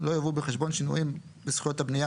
39. (א)